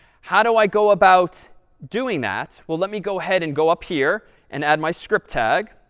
how do i go about doing that? well, let me go ahead and go up here and add my script tag.